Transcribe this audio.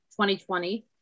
2020